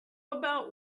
about